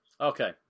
Okay